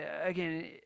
Again